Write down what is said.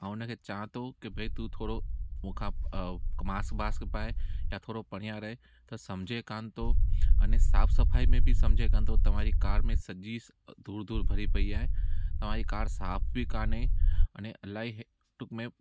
ऐं हुनखे चवां थो की बई तू थोरो मूंखां मास्क वास्क पाए या थोरो परियां रहे त सम्झे कोन्ह थो अने साफ सफ़ाई में बि सम्झे कोन्ह थो तव्हांजी कार में सॼी धूड़ धूड़ भरी पई आहे तव्हांजी कार साफ बि कोन्हे अने इलाही